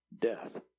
death